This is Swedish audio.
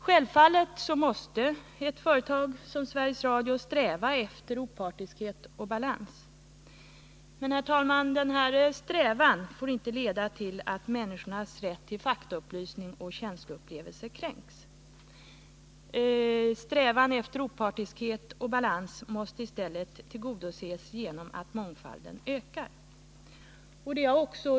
Självfallet måste ett företag som Sveriges Radio sträva efter opartiskhet och balans. Men, herr talman, denna strävan får inte leda till att människornas rätt till faktaupplysning och känsloupplevelser kränks. Strävan efter opartiskhet och balans måste i stället tillgodoses genom att mångfalden ökar.